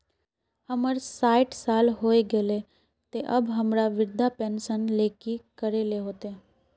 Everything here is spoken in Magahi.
हमर सायट साल होय गले ते अब हमरा वृद्धा पेंशन ले की करे ले होते?